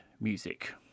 music